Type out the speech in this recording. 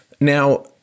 Now